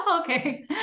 Okay